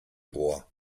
rohr